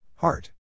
Heart